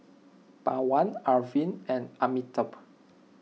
Pawan Arvind and Amitabh